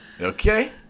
Okay